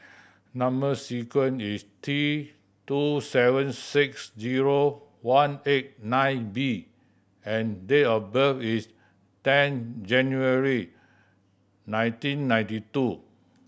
number sequence is T two seven six zero one eight nine B and date of birth is ten January nineteen ninety two